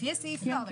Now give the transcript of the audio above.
לפי הסעיף לא,